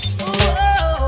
whoa